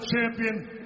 Champion